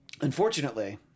Unfortunately